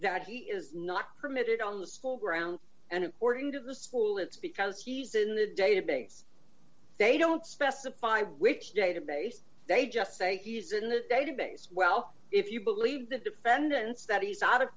that he is not permitted on the school grounds and according to the school it's because he's in the database they don't specify which database they just say he is in the database well if you believe the defendants that he's out of